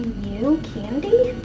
you, candy?